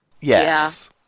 Yes